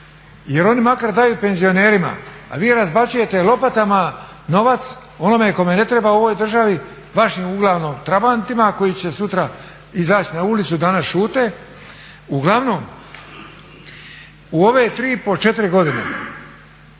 jer oni makar daju penzionerima, a vi razbacujete lopatama novac onome kome ne treba u ovoj državi, vašim uglavnom trabantima koji će sutra izaći na ulicu, danas šute. Uglavnom u ove 3,5, 4 godine